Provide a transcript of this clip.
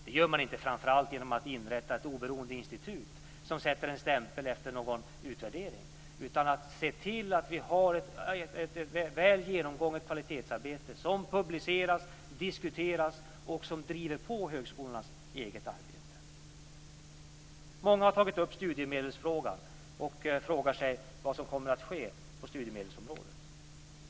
Det gör man inte framför allt genom att inrätta ett oberoende institut som sätter en stämpel efter någon utvärdering, utan det gör man genom att se till att vi har ett väl genomgånget kvalitetsarbete som publiceras, diskuteras och driver på högskolornas eget arbete. Många har tagit upp studiemedelsfrågan och frågar sig vad som kommer att ske på studiemedelsområdet.